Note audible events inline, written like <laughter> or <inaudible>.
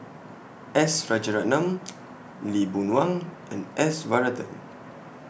S Rajaratnam <noise> Lee Boon Wang and S Varathan